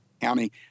County